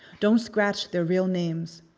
don't scratch their real names.